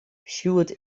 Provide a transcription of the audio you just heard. sjoerd